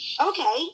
Okay